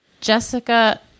Jessica